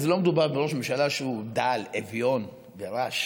לא מדובר בראש ממשלה שהוא דל, אביון ורש.